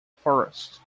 forest